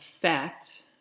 fact